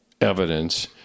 evidence